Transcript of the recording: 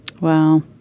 Wow